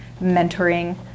mentoring